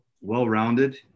well-rounded